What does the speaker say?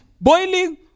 boiling